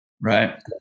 right